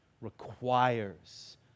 requires